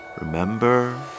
remember